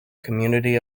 community